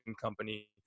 company